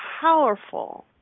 powerful